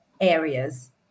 areas